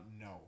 no